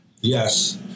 Yes